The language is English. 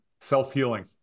self-healing